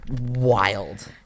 wild